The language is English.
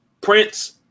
Prince